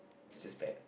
is just bad